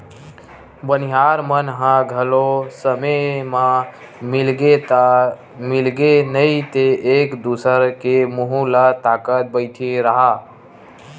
बनिहार मन ह घलो समे म मिलगे ता मिलगे नइ ते एक दूसर के मुहूँ ल ताकत बइठे रहा